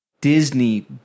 Disney